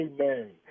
man